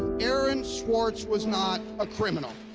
aaron swartz was not a criminal.